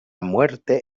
muerte